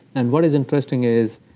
and what is interesting is,